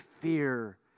fear